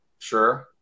Sure